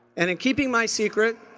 and in keeping my secret,